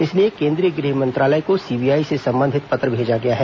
इसलिए केन्द्रीय गृह मंत्रालय को सीबीआई से संबंधित पत्र भेजा गया है